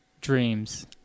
dreams